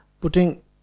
putting